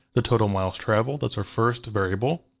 the total miles traveled, that's our first variable.